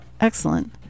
Excellent